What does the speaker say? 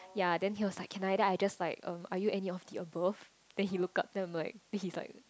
yea then he was like can I I just like are you any of tea above then he look up damn like which is like